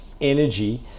Energy